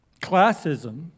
classism